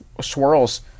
swirls